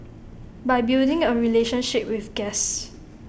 by building A relationship with guests